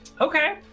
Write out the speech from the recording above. Okay